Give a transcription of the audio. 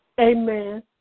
Amen